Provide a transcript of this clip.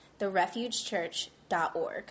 therefugechurch.org